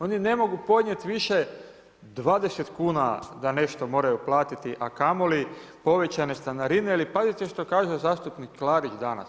Oni ne mogu podnijeti više 20 kuna da nešto moraju platiti, a kamoli povećane stanarine ili pazite što kaže zastupnik Klarić danas.